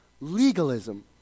legalism